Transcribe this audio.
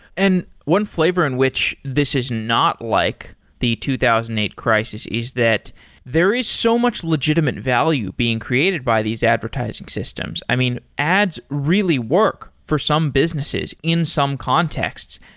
and one flavor in which this is not like the two thousand and eight crisis, is that there is so much legitimate value being created by these advertising systems. i mean, ads really work for some businesses in some contexts,